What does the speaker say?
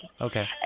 Okay